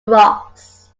rocks